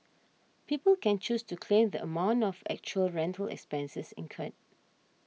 people can choose to claim the amount of actual rental expenses incurred